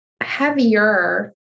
heavier